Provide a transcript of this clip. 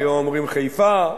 והיום אומרים "חֵיפה",